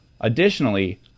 Additionally